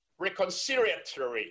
reconciliatory